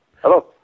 Hello